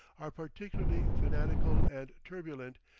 are particularly fanatical and turbulent,